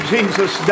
Jesus